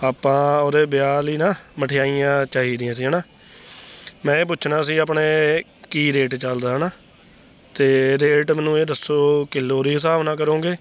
ਆਪਾਂ ਉਹਦੇ ਵਿਆਹ ਲਈ ਨਾ ਮਠਿਆਈਆਂ ਚਾਹੀਦੀਆਂ ਸੀ ਹੈ ਨਾ ਮੈਂ ਇਹ ਪੁੱਛਣਾ ਸੀ ਆਪਣੇ ਕੀ ਰੇਟ ਚਲਦਾ ਹੈ ਨਾ ਅਤੇ ਰੇਟ ਮੈਨੂੰ ਇਹ ਦੱਸੋ ਕਿਲੋ ਦੇ ਹਿਸਾਬ ਨਾਲ ਕਰੋਗੇ